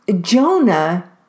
Jonah